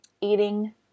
eating